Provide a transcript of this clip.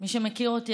מי שמכיר אותי,